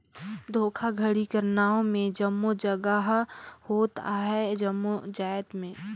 धोखाघड़ी कर नांव में जम्मो जगहा होत अहे जम्मो जाएत में